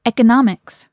Economics